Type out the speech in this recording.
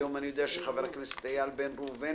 היום אני יודע שחבר הכנסת איל בר ראובן